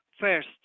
First